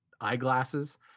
eyeglasses